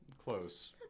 Close